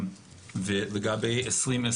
לגבי 2020,